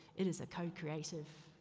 it is a co-creative,